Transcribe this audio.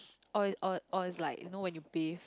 or or or it's like you know when you bath